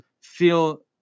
feel